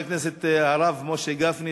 חבר הכנסת הרב משה גפני,